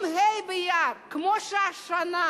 אם ה' באייר, כמו השנה,